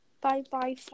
Bye-bye